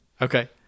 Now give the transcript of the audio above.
Okay